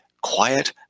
quiet